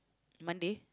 Monday